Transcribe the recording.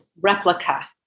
replica